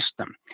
system